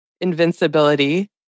invincibility